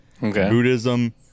buddhism